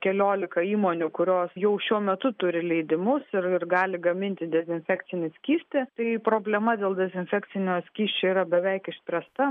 keliolika įmonių kurios jau šiuo metu turi leidimus ir ir gali gaminti dezinfekcinį skystį tai problema dėl dezinfekcinio skysčio yra beveik išspręsta